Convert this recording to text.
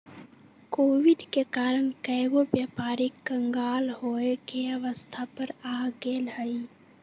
Covid के कारण कएगो व्यापारी क़ँगाल होये के अवस्था पर आ गेल हइ